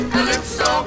Calypso